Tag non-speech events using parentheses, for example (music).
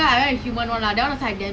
(laughs)